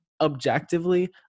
objectively